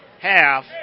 half